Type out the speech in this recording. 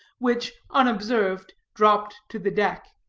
which, unobserved, dropped to the deck.